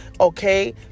okay